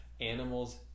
Animals